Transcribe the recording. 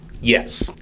Yes